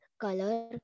color